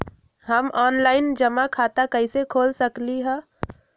हम ऑनलाइन जमा खाता कईसे खोल सकली ह?